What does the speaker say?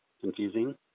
confusing